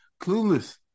Clueless